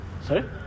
Sorry